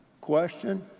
question